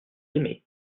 aimé